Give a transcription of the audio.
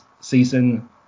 season